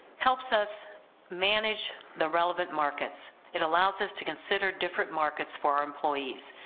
helps us manage the relevant markets, it allows us to consider different markets for our employees,